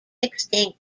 extinct